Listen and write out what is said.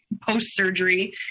post-surgery